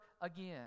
again